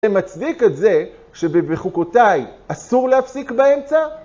זה מצדיק את זה שבבחוקותיי אסור להפסיק באמצע?